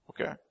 Okay